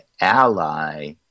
ally